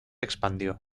expandió